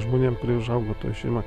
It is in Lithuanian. žmonėm kurie užaugo toj šeimoj